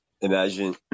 imagine